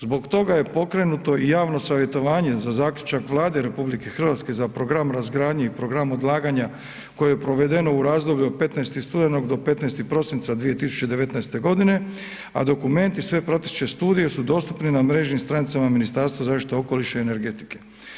Zbog toga je pokrenuto i javno savjetovanje za zaključak Vlade RH za program razgradnje i program odlaganja koje je provedeno u razdoblju od 15. studenog do 15. prosinca 2019. g. a dokumenti i sve prateće studije su dostupni na mrežnim stranicama Ministarstva zaštite okoliša i energetike.